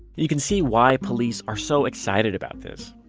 you can see why police are so excited about this.